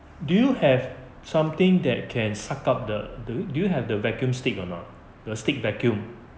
do you have something that can suck up the do you have the vacuum stick or not the stick vacuum